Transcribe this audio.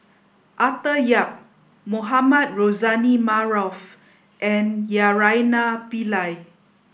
Arthur Yap Mohamed Rozani Maarof and Naraina Pillai